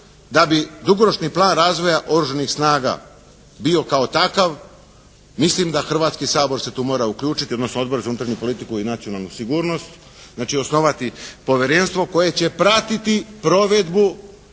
da bi dugoročni plan razvoja oružanih snaga bio kao takav mislim da Hrvatski sabor se tu mora uključiti odnosno Odbor za unutarnju politiku i nacionalnu sigurnost. Znači osnovati Povjerenstvo koje će pratiti provedbu